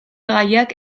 gaiak